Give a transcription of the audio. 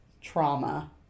trauma